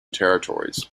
territories